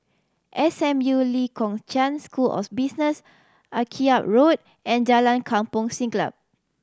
S M U Lee Kong Chian School of Business Akyab Road and Jalan Kampong Siglap